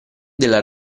della